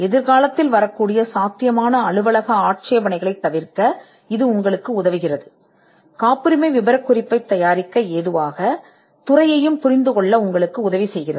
எதிர்காலத்தில் வரக்கூடிய சாத்தியமான அலுவலக ஆட்சேபனைகளைத் தவிர்க்க இது உங்களுக்கு உதவுகிறது மேலும் இது உங்களுக்கு உதவ உதவும் துறையைப் புரிந்துகொள்ள உதவுகிறது